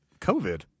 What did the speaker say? COVID